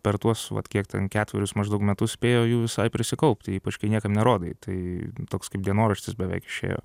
per tuos vat kiek ten ketverius maždaug metus spėjo jų visai prisikaupti ypač kai niekam nerodai tai toks kaip dienoraštis beveik išėjo